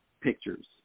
pictures